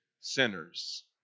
sinners